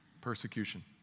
persecution